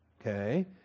Okay